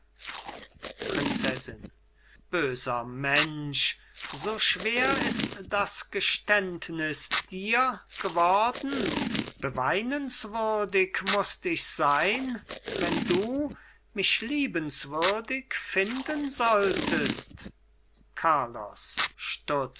prinzessin böser mensch so schwer ist das geständnis dir geworden beweinenswürdig mußt ich sein wenn du mich liebenswürdig finden solltest carlos stutzt